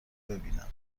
ببینم